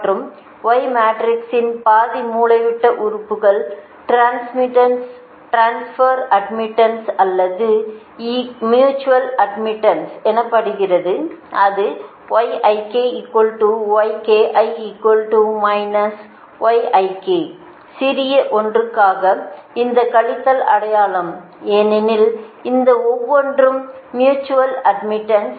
மற்றும் y மேட்ரிக்ஸின் பாதி மூலைவிட்ட உறுப்புகள் டிரான்ஸ்வர் அட்மிட்டன்ஸ் அல்லது மியூசுவல் அட்மிட்டன்ஸ் எனப்படுகிறது அது சிறிய ஒன்றுக்காக இந்த கழித்தல் அடையாளம் ஏனெனில் இந்த ஒவ்வொன்றும் பிரான்ச் அட்மிட்டன்ஸ்